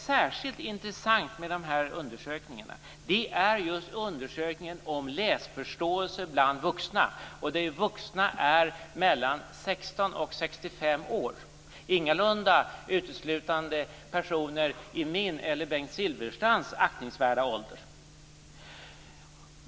Särskilt intressant bland gjorda undersökningar är den om vuxnas läsförståelse. Med "vuxna" avses personer mellan 16 och 65 år, ingalunda uteslutande personer i min eller Bengt Silverstrands aktningsvärda ålder.